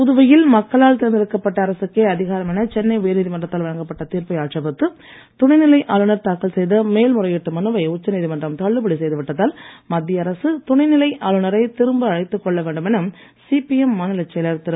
புதுவையில் மக்களால் தேர்ந்தெடுக்கப்பட்ட அரசுக்கே அதிகாரம் சென்னை உயர் நீதிமன்றத்தால் வழங்கப்பட்ட தீர்ப்பை என ஆட்சேபித்து துணைநிலை ஆளுநர் தாக்கல் செய்த மேல்முறையீட்டு மனுவை உச்ச நீதிமன்றம் தள்ளுபடி செய்து விட்டதால் மத்திய அரசு துணைநிலை ஆளுநரை திரும்ப அழைத்துக் கொள்ள வேண்டும் என சிபிஎம் மாநிலச் செயலர் திரு